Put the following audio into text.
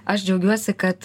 aš džiaugiuosi kad